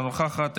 אינה נוכחת,